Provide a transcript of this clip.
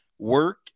Work